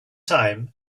time